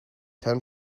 ten